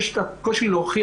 ברגע שיש לך קושי להוכיח,